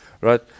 right